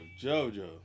Jojo